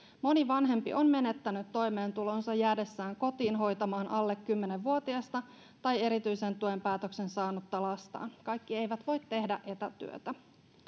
moni vanhempi on menettänyt toimeentulonsa jäädessään kotiin hoitamaan alle kymmenen vuotiasta tai erityisen tuen päätöksen saanutta lastaan kaikki eivät voi tehdä etätyötä